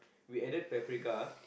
we added paprika